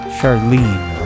Charlene